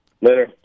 Later